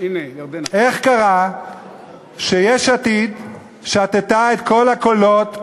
איך קרה שיש עתיד שתתה את כל הקולות,